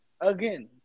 Again